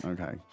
Okay